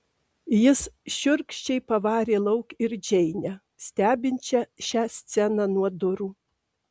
jis šiurkščiai pavarė lauk ir džeinę stebinčią šią sceną nuo durų